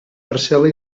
parcel·la